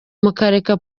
mukareka